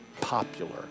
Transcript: popular